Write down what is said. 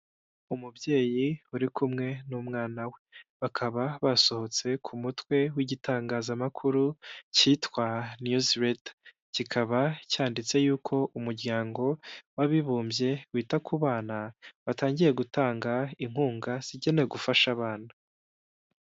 Umubyeyi uri kumwe n'umwana we, bakaba basohotse ku mutwe w'igitangazamakuru cyitwa niyuzi reta. Kikaba cyanditse yuko umuryango w'abibumbye wita ku bana, watangiye gutanga inkunga zigenewe gufasha abana.